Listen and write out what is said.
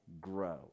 grow